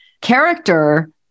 character